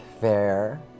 Fair